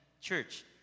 church